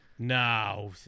No